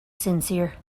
sincere